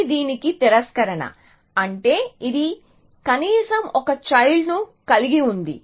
ఇది దీనికి తిరస్కరణ అంటే ఇది కనీసం ఒక చైల్డ్ ను కలిగి ఉంది